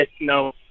no